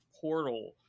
portal